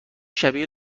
شبیه